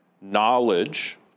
knowledge